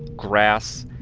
grass.